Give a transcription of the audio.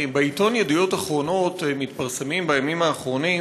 בעיתון ידיעות אחרונות מתפרסמות בימים האחרונים